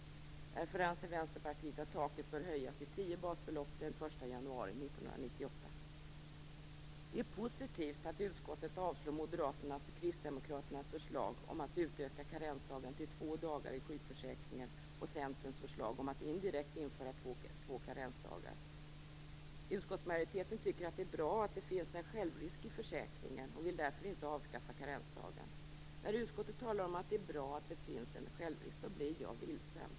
Därför anser Vänsterpartiet att taket bör höjas till tio basbelopp den 1 januari 1998. Det är positivt att utskottet avstyrker Moderaternas och Kristdemokraternas förslag om att utöka karensdagen till två dagar i sjukförsäkringen och Centerns förslag om att indirekt införa två karensdagar. Utskottsmajoriteten tycker att det är bra att det finns en självrisk i försäkringen och vill därför inte avskaffa karensdagen. När utskottet talar om att det är bra att det finns en självrisk blir jag vilsen.